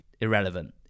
Irrelevant